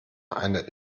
eine